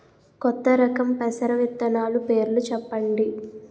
కొత్త రకం పెసర విత్తనాలు పేర్లు చెప్పండి?